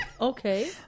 Okay